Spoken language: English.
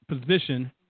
position